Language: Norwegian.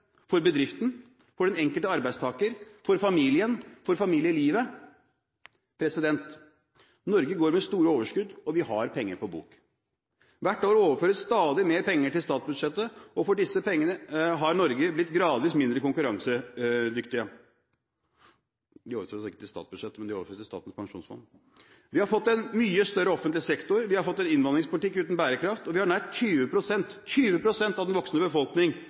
for bedriften, for den enkelte arbeidstaker, for familien eller for familielivet? Norge går med store overskudd, og vi har penger på bok. Hvert år overføres stadig mer penger til statsbudsjettet, og for disse pengene har Norge blitt gradvis mindre konkurransedyktig. De overføres ikke til statsbudsjettet, men de overføres til Statens pensjonsfond. Vi har fått en mye større offentlig sektor, vi har fått en innvandringspolitikk uten bærekraft, og vi har nær 20 pst. av den voksne befolkning